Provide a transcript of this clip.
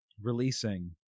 releasing